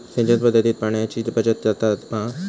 सिंचन पध्दतीत पाणयाची बचत जाता मा?